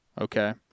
okay